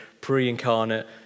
pre-incarnate